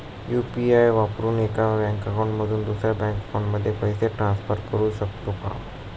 UPI वापरून एका bank account मधून दुसऱ्या बँक अकाउंटमध्ये पैसे ट्रान्सफर करू शकतो का?